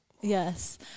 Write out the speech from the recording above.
Yes